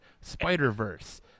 spider-verse